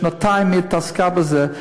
שנתיים היא התעסקה בזה.